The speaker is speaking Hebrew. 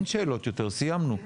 אין שאלות יותר, סיימנו.